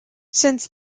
since